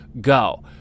go